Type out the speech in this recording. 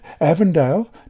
Avondale